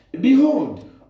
Behold